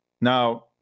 Now